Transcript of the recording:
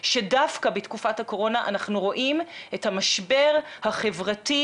שדווקא בתקופת הקורונה אנחנו רואים את המשבר החברתי,